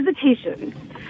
hesitation